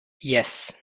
yes